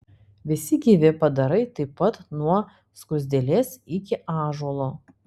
visi gyvi padarai taip pat nuo skruzdėlės iki ąžuolo